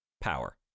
power